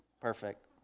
Perfect